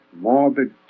morbid